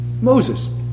Moses